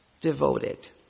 devoted